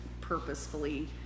purposefully